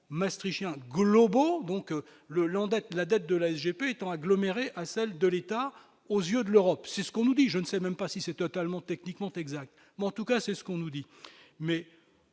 maastrichtien Colombo donc le Land Act, la dette de l'AGP étant aggloméré à celle de l'État aux yeux de l'Europe, c'est ce qu'on nous dit : je ne sais même pas si c'est totalement techniquement exact, mais en tout cas, c'est ce qu'on nous dit mais.